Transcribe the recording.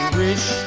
wish